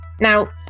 Now